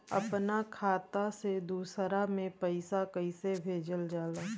अपना खाता से दूसरा में पैसा कईसे भेजल जाला?